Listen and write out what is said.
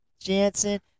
Jansen